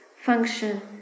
function